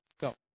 Go